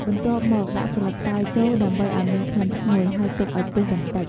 បន្ទាប់មក ដាក់ស្លឹកតើយចូលដើម្បីឱ្យមានក្លិនឈ្ងុយ ហើយទុកឱ្យពុះបន្តិច។